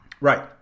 Right